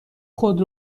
خود